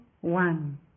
one